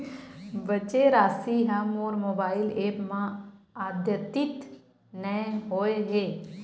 बचे राशि हा मोर मोबाइल ऐप मा आद्यतित नै होए हे